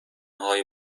های